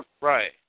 Right